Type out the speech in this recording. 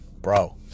Bro